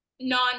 Non